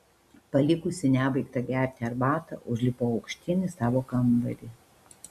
palikusi nebaigtą gerti arbatą užlipau aukštyn į savo kambarį